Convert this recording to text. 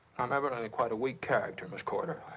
i'm evidently quite a weak character, miss corder.